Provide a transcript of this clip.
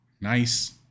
nice